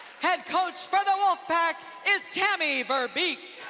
head coach for the wolfpack is tammi veerbeek.